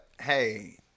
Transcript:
hey